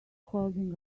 holding